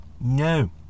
No